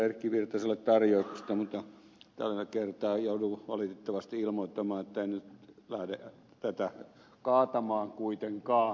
erkki virtaselle tarjouksesta mutta tällä kertaa joudun valitettavasti ilmoittamaan että en nyt lähde tätä kaatamaan kuitenkaan